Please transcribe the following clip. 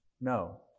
No